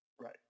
Right